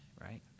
right